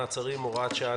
מעצרים) (הוראת שעה,